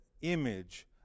image